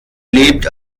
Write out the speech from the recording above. lebt